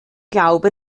glaube